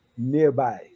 nearby